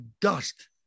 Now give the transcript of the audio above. dust